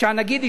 שהנגיד יישאר.